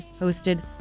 hosted